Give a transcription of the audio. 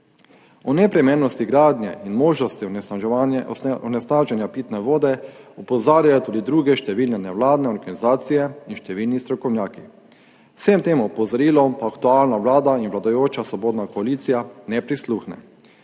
O neprimernosti gradnje in možnosti onesnaženja pitne vode opozarjajo tudi druge številne nevladne organizacije in številni strokovnjaki, vsem tem opozorilom pa aktualna vlada in vladajoča svobodna koalicija ne prisluhne.